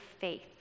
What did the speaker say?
faith